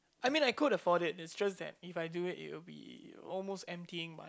I mean I could afford it it's just that if I do it it will be almost emptying my